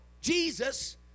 Jesus